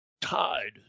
tied